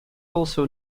also